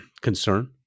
concern